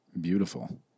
beautiful